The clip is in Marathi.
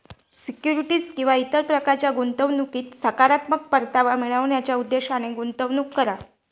सिक्युरिटीज किंवा इतर प्रकारच्या गुंतवणुकीत सकारात्मक परतावा मिळवण्याच्या उद्देशाने गुंतवणूक करा